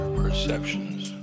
perceptions